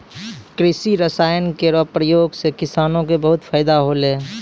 कृषि रसायन केरो प्रयोग सँ किसानो क बहुत फैदा होलै